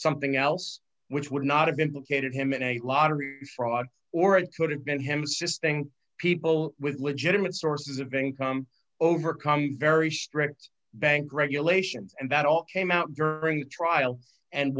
something else which would not have been located him in a lot of fraud or it could have been him sist think people with legitimate sources of income overcome very strict bank regulations and that all came out during the trial and